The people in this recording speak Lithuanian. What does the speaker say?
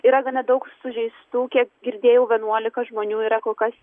yra gana daug sužeistų kiek girdėjau vienuolika žmonių yra kol kas